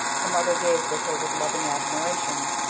her mother gazed at her with loving admiration.